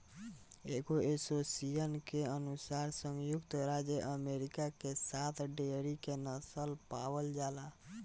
एगो एसोसिएशन के अनुसार संयुक्त राज्य अमेरिका में सात डेयरी के नस्ल पावल जाला